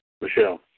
Michelle